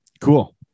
Cool